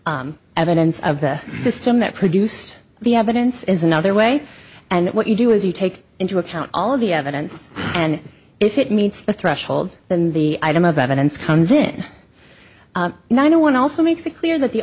way evidence of the system that produced the evidence is another way and what you do is you take into account all of the evidence and if it meets the threshold than the item of evidence comes in no one also makes it clear that the